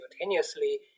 simultaneously